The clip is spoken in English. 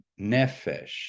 nefesh